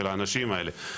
של האנשים האלה.